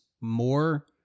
more